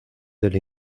del